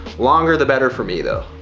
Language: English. longer, the better for me, though.